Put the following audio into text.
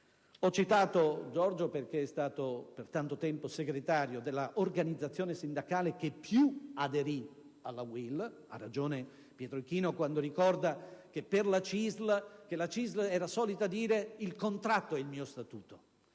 Ho citato Giorgio perché è stato per tanto tempo segretario dell'organizzazione sindacale che più aderì alla UIL. Ha ragione Pietro Ichino quando ricorda che la CISL era solita dire: «Il contratto è il mio Statuto»